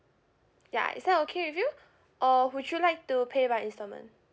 ya is that okay with you or would you like to pay by installment